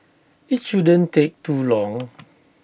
IT shouldn't take too long